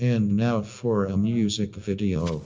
and now for a music video